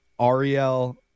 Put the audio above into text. Ariel